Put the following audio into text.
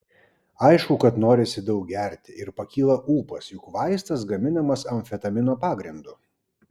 aišku kad norisi daug gerti ir pakyla ūpas juk vaistas gaminamas amfetamino pagrindu